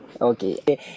Okay